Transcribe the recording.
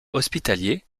hospitaliers